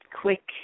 quick